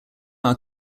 our